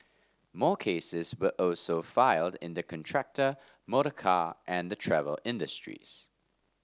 more cases were also filed in the contractor motorcar and the travel industries